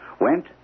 went